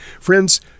Friends